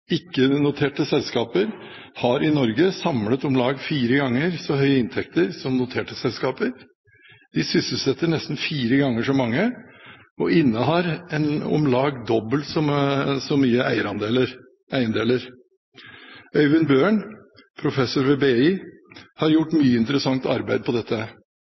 selskaper har i Norge samlet om lag fire ganger så høye inntekter som noterte selskaper, de sysselsetter nesten fire ganger så mange og innehar om lag dobbelt så mye eiendeler. Øyvind Bøhren, professor ved BI, har gjort mye interessant arbeid på dette.